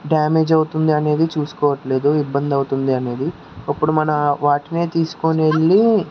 damage అవుతుంది అనేది చూసుకోవట్లేదు ఇబ్బంది అవుతుంది అనేది ఇప్పుడు మన వాటినే తీసుకోని వెళ్ళి